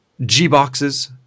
G-boxes